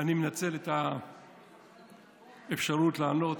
אני מנצל את האפשרות לענות